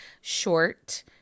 short